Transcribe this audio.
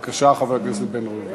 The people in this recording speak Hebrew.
בבקשה, חבר הכנסת בן ראובן.